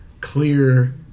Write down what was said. clear